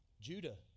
Judah